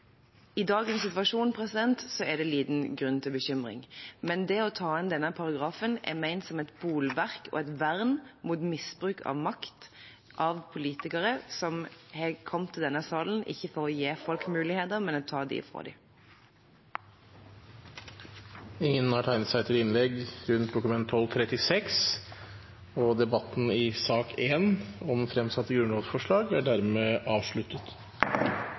I dagens situasjon er det liten grunn til bekymring. Men det å ta inn denne paragrafen er ment som et bolverk og et vern mot misbruk av makt av politikere som har kommet i denne salen ikke for å gi folk muligheter, men for å ta dem ifra dem. Flere har ikke bedt om ordet til grunnlovsforslag 37, og sak nr. 1 er dermed avsluttet. Etter ønske fra familie- og